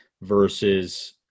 versus